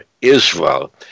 Israel